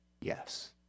yes